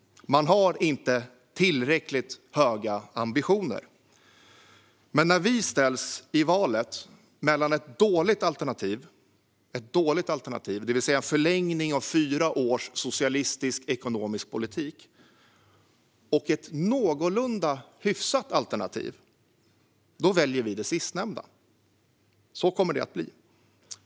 Man har inte tillräckligt höga ambitioner, men när vi ställs inför valet mellan ett dåligt alternativ - det vill säga en förlängning av fyra års socialistisk ekonomisk politik - och ett någorlunda hyfsat alternativ, då väljer vi det sistnämnda. Så kommer det att bli.